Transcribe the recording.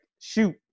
shoot